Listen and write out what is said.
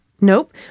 Nope